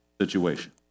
situation